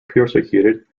persecuted